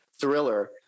thriller